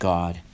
God